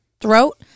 throat